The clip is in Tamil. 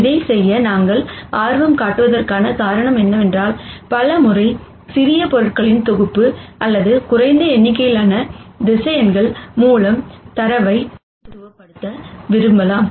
இதைச் செய்ய நாங்கள் ஆர்வம் காட்டுவதற்கான காரணம் என்னவென்றால் பல முறை சிறிய பொருள்களின் தொகுப்பு அல்லது குறைந்த எண்ணிக்கையிலான வெக்டார் மூலம் தரவை பிரதிநிதித்துவப்படுத்த விரும்பலாம்